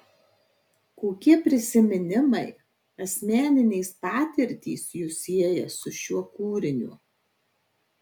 kokie prisiminimai asmeninės patirtys jus sieja su šiuo kūriniu